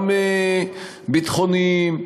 גם ביטחוניים,